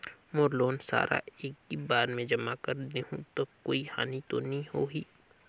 मोर loan सारा एकी बार मे जमा कर देहु तो कोई हानि तो नी होही?